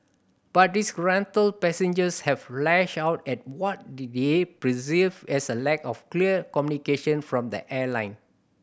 but disgruntled passengers have lashed out at what the they perceived as a lack of clear communication from the airline